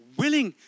willing